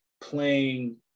playing